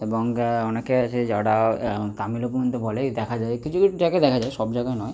এবং গায় অনেকে আছে যারা তামিলও পর্যন্ত বলে দেখা যায় কিছু কিছু জায়গায় দেখা যায় সব জায়গায় নয়